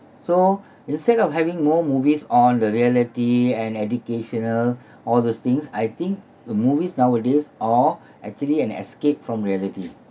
so instead of having more movies on the reality and educational all those things I think uh movies nowadays are actually an escape from reality